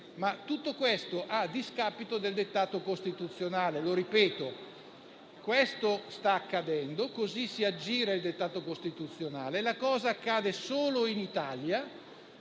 ma tutto a discapito del dettato costituzionale. Lo ripeto: questo sta accadendo, così si aggira il dettato costituzionale, la cosa accade solo in Italia